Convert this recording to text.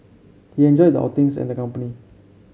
he enjoyed the outings and the company